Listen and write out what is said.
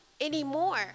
anymore